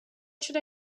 should